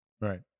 Right